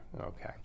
okay